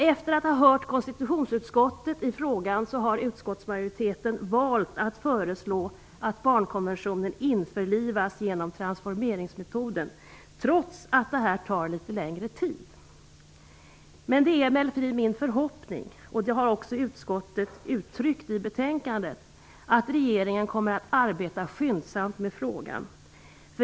Efter att ha hört konstitutionsutskottet i frågan har utskottsmajoriteten valt att föreslå att barnkonventionen införlivas genom transformeringsmetoden, trots att detta kommer att ta litet längre tid. Det är emellertid min förhoppning att, som också utskottet har uttryckt i sitt betänkande, regeringen kommer att arbeta skyndsamt med frågan.